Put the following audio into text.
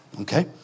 okay